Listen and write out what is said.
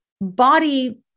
body